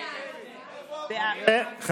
בשמות חברי הכנסת) יעקב ליצמן,